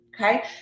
okay